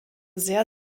sehr